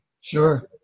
Sure